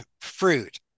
fruit